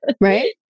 Right